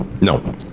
No